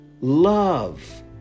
love